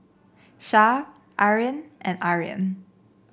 Shah Aryan and Aryan